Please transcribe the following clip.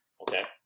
Okay